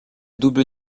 double